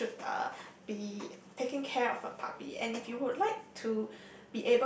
you should uh be taking care of a puppy and if you would like to